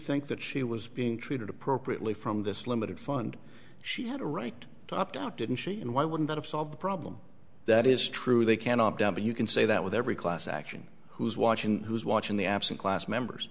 think that she was being treated appropriately from this limited fund she had a right to opt out didn't she and why wouldn't that have solved the problem that is true they can opt out but you can say that with every class action who's watching who's watching the absent class members